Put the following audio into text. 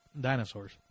dinosaurs